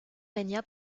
régna